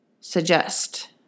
suggest